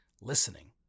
listening